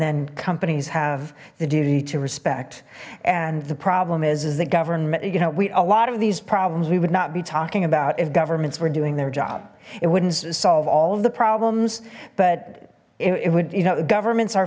then companies have the duty to respect and the problem is is the government you know we a lot of these problems we would not be talking about if governments were doing their job it wouldn't solve all of the problems but it would you know the governments are